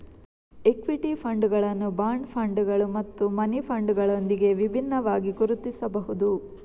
equity ಫಂಡುಗಳನ್ನು bond ಫಂಡುಗಳು ಮತ್ತು ಮನಿ ಫಂಡುಗಳೊಂದಿಗೆ ವಿಭಿನ್ನವಾಗಿ ಗುರುತಿಸಬಹುದು